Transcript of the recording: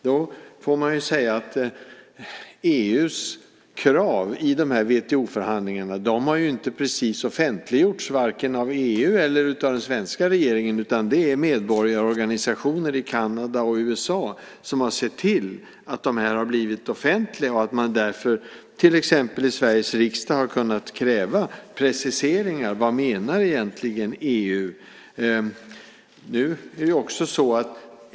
Då får man säga att EU:s krav i WTO-förhandlingarna inte precis har offentliggjorts vare sig av EU eller av den svenska regeringen. Det är medborgarorganisationer i Kanada och USA som har sett till att de har blivit offentliga och att man därför till exempel i Sveriges riksdag har kunnat kräva preciseringar av vad EU egentligen menar.